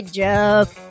joke